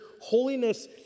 holiness